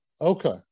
Okay